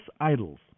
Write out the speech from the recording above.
idols